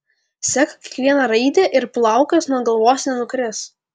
sek kiekvieną raidę ir plaukas nuo galvos nenukris